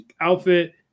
outfit